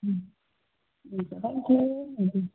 हुन्छ थ्याङ्क्यु हुन्छ